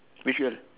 which one